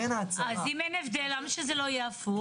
אם אין הבדל, למה שזה לא יהיה הפוך?